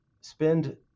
spend